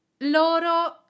loro